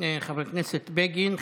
חבר הכנסת בגין.